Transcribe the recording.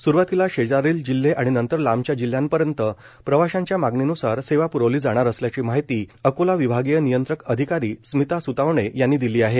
सुरुवातीला शेजारील जिल्हे आणि नंतर लांबच्या जिल्ह्यापर्यंत प्रवाशांच्या मागणीन्सार सेवा प्रवली जाणार असल्याची माहिती अकोला विभागीय नियंत्रक अधिकारी स्मिता सुतावणे यांनी दिली आहे